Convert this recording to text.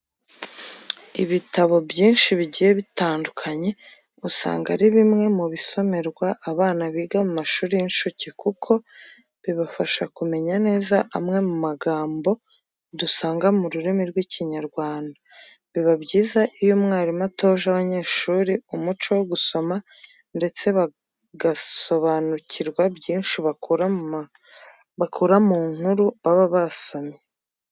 Ibitabo byinshi bigiye bitandukanye usanga ari bimwe mu bisomerwa abana biga mu mashuri y'incuke kuko bibafasha kumenya neza amwe mu magambo dusanga mu rurimi rw'Ikinyarwanda. Biba byiza iyo umwarimu atoje abanyeshuri umuco wo gusoma ndetse bagasobanukirwa byinshi bakura mu nkuru baba basomye.